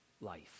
life